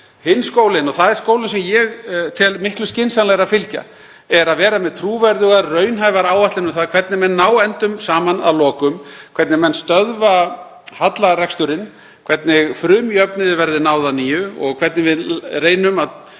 Hinn skólinn, og það er skólinn sem ég tel miklu skynsamlegra að fylgja, er með trúverðugar raunhæfar áætlanir um það hvernig menn ná endum saman að lokum, hvernig menn stöðva hallareksturinn, hvernig frumjöfnuði verði náð að nýju og hvernig við reynum að